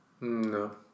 No